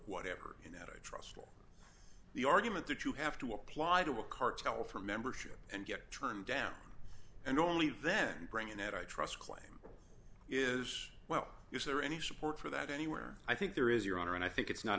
whatever in that i trust the argument that you have to apply to a cartel for membership and get turned down and only then bring in at i trust claim is well is there any support for that anywhere i think there is your honor and i think it's not